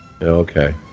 Okay